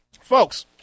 folks